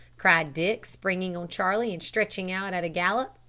cried dick, springing on charlie and stretching out at a gallop.